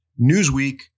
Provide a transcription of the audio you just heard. Newsweek